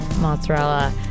mozzarella